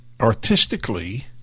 artistically